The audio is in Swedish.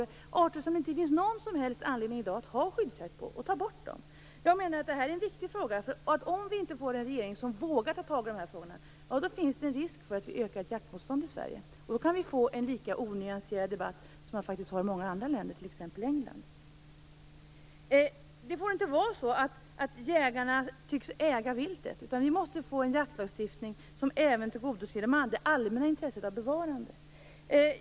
Det här är arter som det inte finns någon som helst anledning att bedriva skyddsjakt på i dag. De bör tas bort ur lagstiftningen. Jag menar att detta är viktiga frågor. Om vi inte får en regering som vågar ta tag i de här frågorna finns en risk att vi får ett ökat jaktmotstånd i Sverige. Då kan debatten bli lika onyanserad som den är i många andra länder, t.ex. England. Jägarna tycks äga viltet. Så får det inte vara, utan vi måste få en jaktlagstiftning som även tillgodoser det allmänna intresset av bevarande.